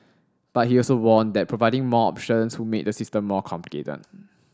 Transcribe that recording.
but he also warned that providing more options would make the system more complicated